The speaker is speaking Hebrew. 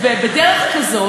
בדרך כזאת,